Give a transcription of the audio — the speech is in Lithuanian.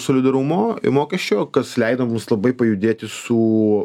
solidarumo mokesčio kas leido mums labai pajudėti su